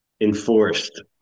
Enforced